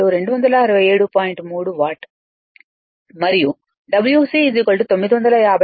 3 watt మరియు Wc 950